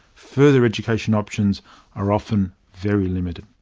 further education options are often very limited.